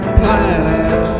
planet